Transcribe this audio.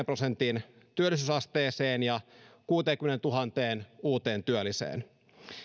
prosentin työllisyysasteeseen ja kuuteenkymmeneentuhanteen uuteen työlliseen